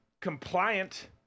compliant